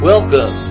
Welcome